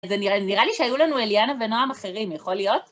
אז נראה ל, נראה לי שהיו לנו אליאנה ונועם אחרים, יכול להיות?